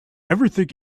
everything